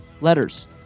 letters